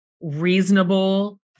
reasonable